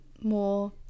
more